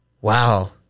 Wow